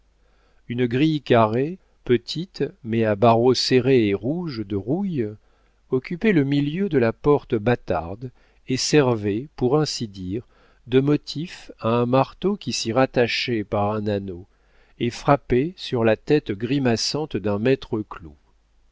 une grille carrée petite mais à barreaux serrés et rouges de rouille occupait le milieu de la porte bâtarde et servait pour ainsi dire de motif à un marteau qui s'y rattachait par un anneau et frappait sur la tête grimaçante d'un maître clou